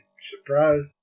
surprised